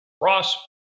Ross